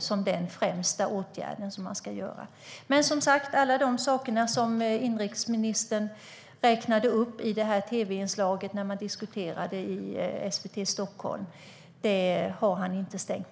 Men, som sagt, inrikesministern har inte stängt dörren för någon av alla de saker som han räknade upp i det här inslaget i SVT.